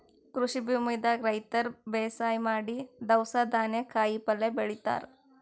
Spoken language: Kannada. ಕೃಷಿ ಭೂಮಿದಾಗ್ ರೈತರ್ ಬೇಸಾಯ್ ಮಾಡಿ ದವ್ಸ್ ಧಾನ್ಯ ಕಾಯಿಪಲ್ಯ ಬೆಳಿತಾರ್